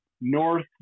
north